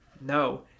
No